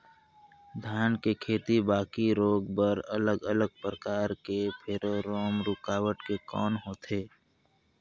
धान के बाकी रोग बर अलग अलग प्रकार के फेरोमोन रूकावट के कौन होथे?